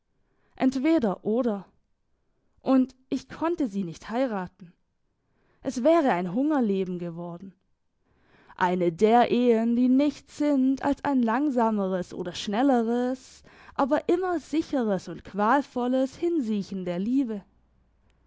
entweder oder und ich konnte sie nicht heiraten es wäre ein hungerleben geworden eine der ehen die nichts sind als ein langsameres oder schnelleres aber immer sicheres und qualvolles hinsiechen der liebe